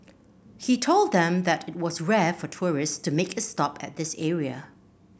he told them that it was rare for tourist to make a stop at this area